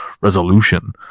resolution